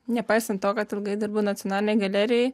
nepaisant to kad ilgai dirbu nacionalinėj galerijoj